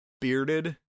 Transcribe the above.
bearded